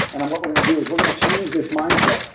and what we're going to do is, we're going to change this mindset.